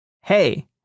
hey